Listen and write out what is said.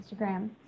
Instagram